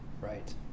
right